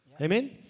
Amen